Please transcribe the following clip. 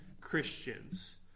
Christians